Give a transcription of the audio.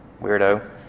weirdo